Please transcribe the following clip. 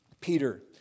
Peter